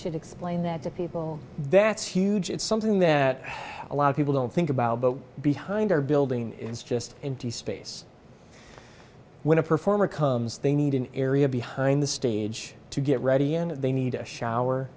should explain that to people that's huge it's something that a lot of people don't think about but behind our building it's just into space when a performer comes they need an area behind the stage to get ready and they need a shower